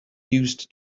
used